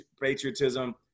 patriotism